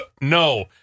No